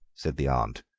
said the aunt,